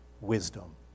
wisdom